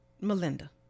melinda